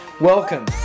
Welcome